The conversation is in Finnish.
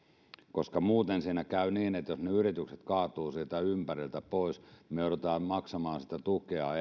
mutta jos siinä käy niin että ne yritykset kaatuvat siitä ympäriltä pois niin me joudumme maksamaan edelleen sitä tukea